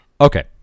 Okay